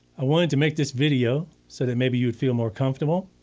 i wanted to make this video so that maybe you would feel more comfortable,